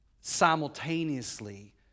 simultaneously